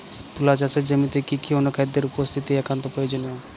তুলা চাষের জমিতে কি কি অনুখাদ্যের উপস্থিতি একান্ত প্রয়োজনীয়?